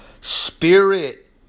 Spirit